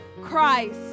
Christ